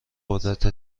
قدرت